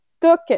took